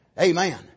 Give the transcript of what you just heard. Amen